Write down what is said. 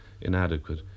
inadequate